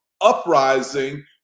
uprising